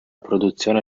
produzione